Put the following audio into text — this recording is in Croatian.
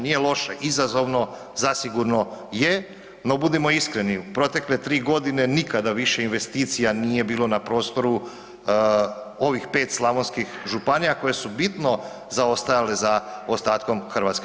Nije loše, izazovno zasigurno je, no, budimo iskreni, u protekle 3 godine nikada više investicija nije bilo na prostoru ovih 5 slavonskih županija koje su bitno zaostajale za ostatkom Hrvatske.